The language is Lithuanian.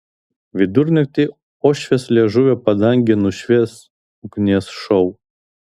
vidurnaktį uošvės liežuvio padangę nušvies ugnies šou